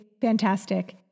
fantastic